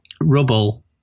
Rubble